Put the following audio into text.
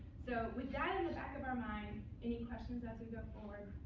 so with that in the back of our mind, any questions as we go forward?